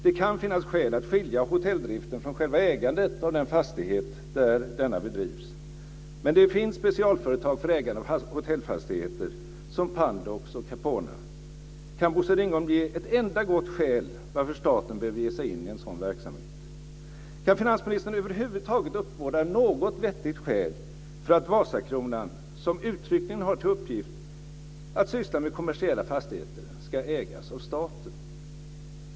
Det kan finnas skäl att skilja hotelldriften från själva ägandet av den fastighet där hotell bedrivs men det finns specialföretag för ägare av hotellfastigheter som Pandox och Capona. Kan Bosse Ringholm ange ett enda gott skäl till att staten behöver ge sig in i en sådan verksamhet? Kan finansministern över huvud taget uppbåda något vettigt skäl till att Vasakronan, som uttryckligen har i uppgift att syssla med kommersiella fastigheter, ska ägas av staten?